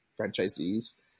franchisees